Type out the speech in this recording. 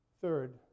Third